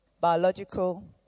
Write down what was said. biological